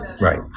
Right